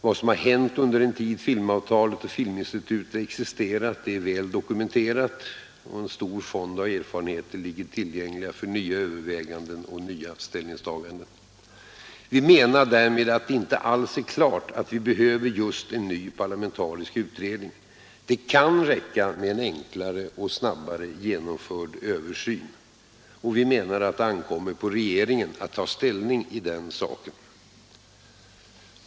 Vad som har hänt under den tid filmavtalet och Filminstitutet har existerat är väl dokumenterat, och en stor fond av erfarenheter ligger tillgänglig för nya överväganden och nya ställningstaganden. Vi menar därmed att det inte alls är klart att vi behöver en ny parlamentarisk utredning. Det kan räcka med en enklare och snabbare genomförd översyn. Och vi menar att det ankommer på regeringen att ta ställning i den saken.